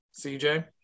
CJ